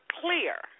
clear